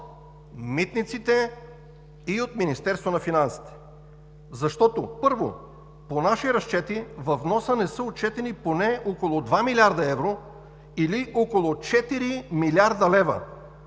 митниците и от Министерството на финансите, защото, първо, по наши разчети във вноса не са отчетени поне около 2 млрд. евро, или около 4 млрд. лв.